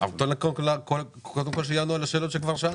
אבל קודם כל הם יענו על השאלות שכבר שאלנו.